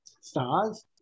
stars